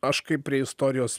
aš kaip prie istorijos